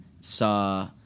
saw